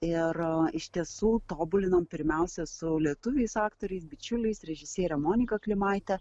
ir iš tiesų tobulinom pirmiausia su lietuviais aktoriais bičiuliais režisiere monika klimaite